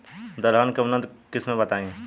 दलहन के उन्नत किस्म बताई?